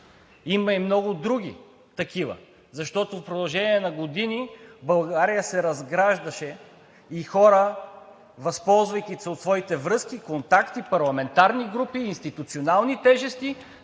Има и много други такива, защото в продължение на години България се разграждаше и хора, възползвайки се от своите връзки, контакти, парламентарни групи, институционални тежести,